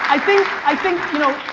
i think i think you know,